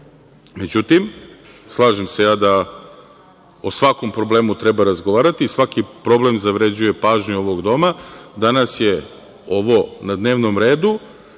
rasprave.Međutim, slažem se ja da o svakom problemu treba razgovarati i svaki problem zavređuje pažnju ovog Doma. Danas je ovo na dnevnom redu